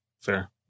fair